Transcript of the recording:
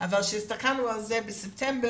אבל כשהסתכלנו על זה בדו"ח של ספטמבר,